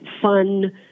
fun